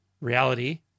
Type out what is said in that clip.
reality